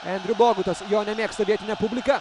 endriu bogutas jo nemėgsta vietinė publika